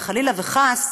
וחלילה וחס,